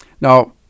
Now